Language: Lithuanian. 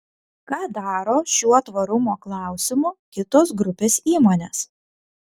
ką daro šiuo tvarumo klausimu kitos grupės įmonės